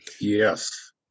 Yes